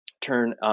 turn